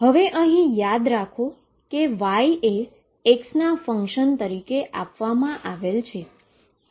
અને યાદ રાખો કે Y એ X ના ફંક્શન તરીકે આપવામાં આવે છે